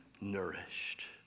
nourished